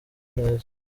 neza